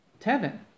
Tevin